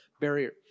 barrier